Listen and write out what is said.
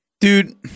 Dude